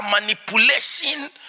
manipulation